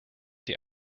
die